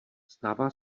stává